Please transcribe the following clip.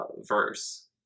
verse